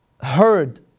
heard